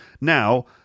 now